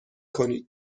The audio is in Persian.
کنید